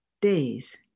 days